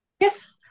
Yes